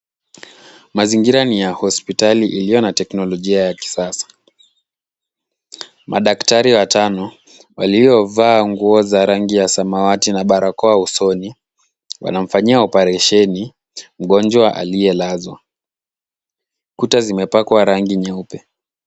Mazingira ni ya hospitali iliyo na teknolojia ya kisasa. Madaktari watano waliovaa nguo za rangi ya samawati na barakoa usoni, wanamfanyia oparesheni mgonjwa aliyezwa. Kuta zimepakwa rangi nyeupe.